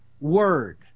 word